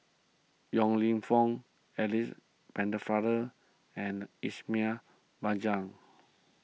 Yong Lew Foong Alice Pennefather and Ismail Marjan